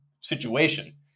situation